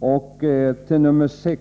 och 6.